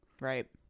Right